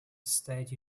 state